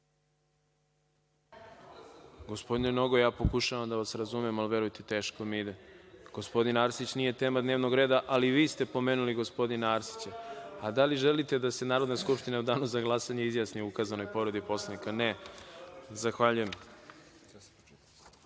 Gospodine Nogo, ja pokušavam da vas razumem, ali verujte mi teško mi ide. Gospodin Arsić nije tema dnevnog reda, ali vi ste pomenuli gospodina Arsića. Da li želite da se Narodna skupština u danu za glasanje izjasni o povredi Poslovnika? (Ne.)Na član 15.